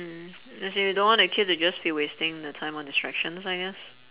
mm as in you don't want the kid just be wasting the time on distractions I guess